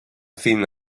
fin